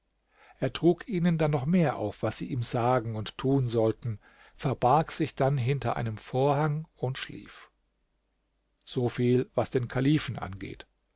er trug ihnen dann noch mehr auf was sie ihm sagen und tun sollten verbarg sich dann hinter einem vorhang und schlief so viel was den kalifen angeht